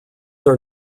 are